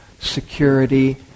security